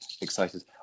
excited